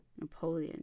Napoleon